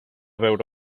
veure